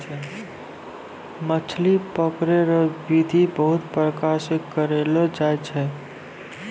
मछली पकड़ै रो बिधि बहुते प्रकार से करलो जाय छै